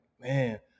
man